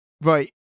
right